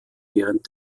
während